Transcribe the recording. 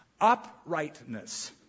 Uprightness